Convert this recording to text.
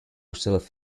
self